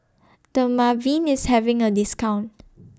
Dermaveen IS having A discount